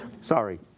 sorry